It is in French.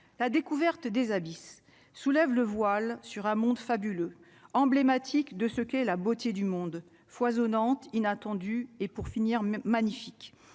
la découverte des abysses soulève le voile sur un monde fabuleux emblématique de ce qu'est la beauté du monde foisonnante inattendue et pour finir, magnifique,